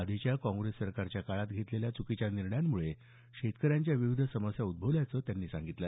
आधीच्या काँग्रेस सरकारच्या काळात घेतलेल्या चुकीच्या निर्णयांमुळे शेतकऱ्यांच्या विविध समस्या उद्दवल्याचं त्यांनी सांगितलं